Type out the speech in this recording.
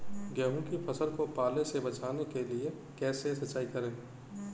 गेहूँ की फसल को पाले से बचाने के लिए कैसे सिंचाई करें?